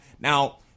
Now